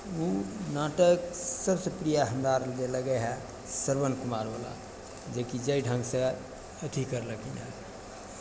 उ नाटक सबसँ प्रिय हमरा अर जे लगय हइ श्रवण कुमारवला जे कि जाहि ढङ्गसँ अथी करलखिन हँ